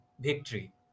victory